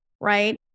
right